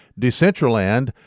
Decentraland